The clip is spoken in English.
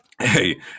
Hey